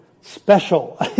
special